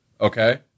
okay